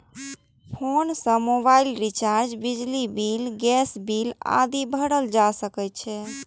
PhonePe सं mobile recharge, बिजली bill, gas bill आदि भरल जा सकै छै